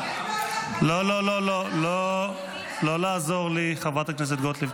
לא לעזור לי, חברת הכנסת גוטליב.